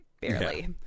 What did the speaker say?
barely